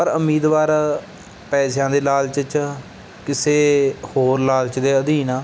ਪਰ ਉਮੀਦਵਾਰ ਪੈਸਿਆਂ ਦੇ ਲਾਲਚ 'ਚ ਕਿਸੇ ਹੋਰ ਲਾਲਚ ਦੇ ਅਧੀਨ ਆ